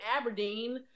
Aberdeen